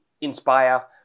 Inspire